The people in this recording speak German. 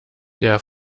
der